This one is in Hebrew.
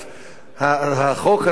החוק הזה הוא חוק